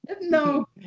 No